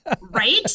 Right